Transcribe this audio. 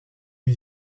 une